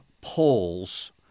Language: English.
polls